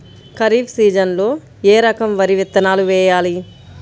ఖరీఫ్ సీజన్లో ఏ రకం వరి విత్తనాలు వేయాలి?